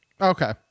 okay